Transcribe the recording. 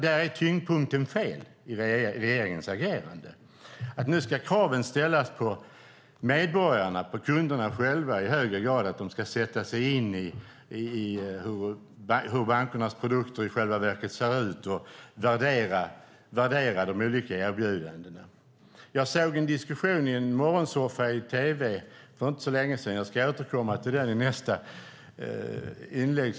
Där är tyngdpunkten i regeringens agerande fel. Kunderna ska sätta sig in i hur bankernas produkter i själva verket ser ut och värdera de olika erbjudandena. Jag såg en diskussion i en morgonsoffa i tv för inte så länge sedan. Jag ska återkomma till den i nästa inlägg.